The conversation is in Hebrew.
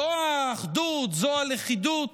זו האחדות, זו הלכידות?